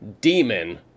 demon